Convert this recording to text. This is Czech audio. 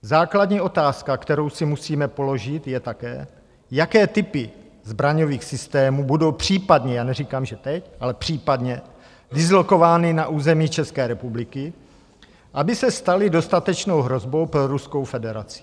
Základní otázka, kterou si musíme položit, je také, jaké typy zbraňových systémů budou případně já neříkám, že teď, ale případně dislokovány na území České republiky, aby se staly dostatečnou hrozbou pro Ruskou federaci.